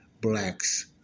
blacks